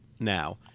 Now